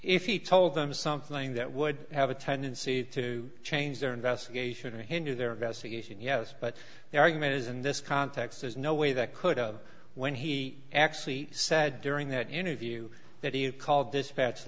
if he told them something that would have a tendency to change their investigation or hinder their investigation yes but the argument is in this context there's no way that could have when he actually said during that interview that he had called dispatch